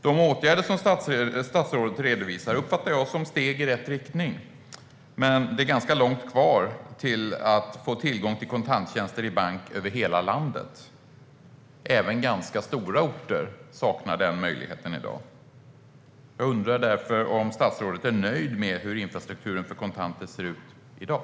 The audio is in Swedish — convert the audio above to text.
De åtgärder som statsrådet redovisar uppfattar jag som steg i rätt riktning. Men det är ganska långt kvar till att vi får tillgång till kontanttjänster i bank över hela landet. Även ganska stora orter saknar den möjligheten i dag. Jag undrar därför om statsrådet är nöjd med hur infrastrukturen för kontanter ser ut i dag.